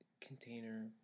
container